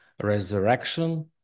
resurrection